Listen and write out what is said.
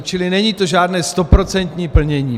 Čili není to žádné stoprocentní plnění.